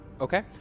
Okay